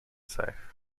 safe